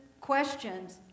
questions